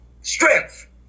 strength